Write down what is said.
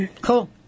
Cool